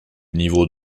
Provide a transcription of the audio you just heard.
niveau